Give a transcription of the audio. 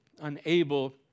Unable